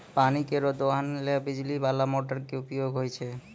पानी केरो दोहन करै ल बिजली बाला मोटर क उपयोग होय छै